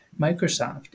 microsoft